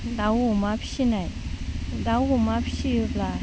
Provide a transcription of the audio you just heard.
दाउ अमा फिसिनाय दाउ अमा फिसियोब्ला